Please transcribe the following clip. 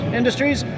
industries